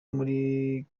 muri